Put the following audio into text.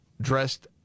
dressed